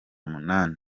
munani